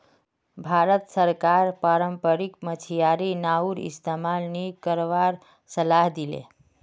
भारत सरकार पारम्परिक मछियारी नाउर इस्तमाल नी करवार सलाह दी ले